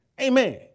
Amen